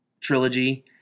trilogy